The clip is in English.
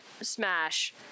smash